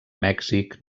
mèxic